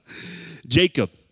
Jacob